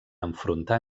enfrontar